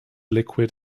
liquid